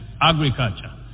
agriculture